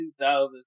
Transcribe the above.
2000